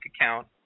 account